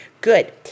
Good